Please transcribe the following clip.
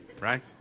right